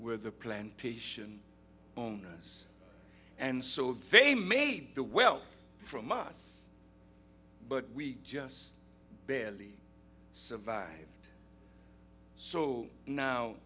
were the plantation owners and so they made the wealth from us but we just barely survived so now